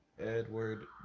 Edward